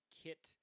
kit